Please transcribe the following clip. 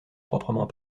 proprement